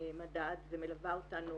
המדד ומלווה אותנו